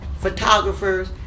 photographers